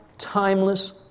Timeless